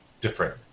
different